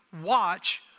watch